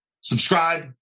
subscribe